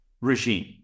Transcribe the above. regime